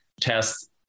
test